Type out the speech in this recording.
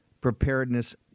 preparedness